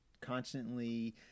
constantly